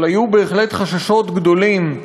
אבל היו בהחלט חששות גדולים,